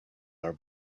are